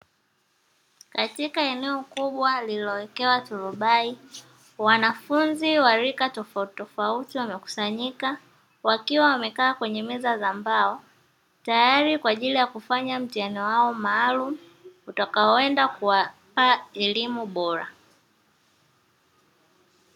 Katika eneo kubwa lililowekewa turubai wanafunzi wa rika tofautitofauti wamekusanyika wakiwa wamekaa kwenye meza za mbao tayari kwaajili ya kufanya mtihani wao maalumu utakaoenda kuwapa elimu bora.